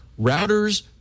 routers